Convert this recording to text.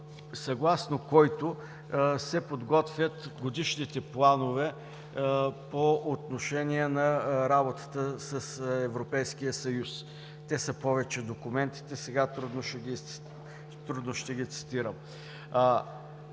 съгласно който се подготвят годишните планове по отношение на работата с Европейския съюз. Повече са документите, сега трудно ще ги цитирам.